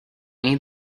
need